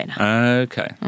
Okay